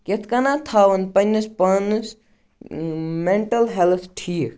کِتھ کٔنَتھ تھاوَن پنٛنِس پانَس مٮ۪نٛٹَل ہٮ۪لٕتھ ٹھیٖک